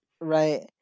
Right